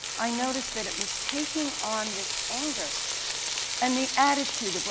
i noticed that it was taking on this anger and the attitude.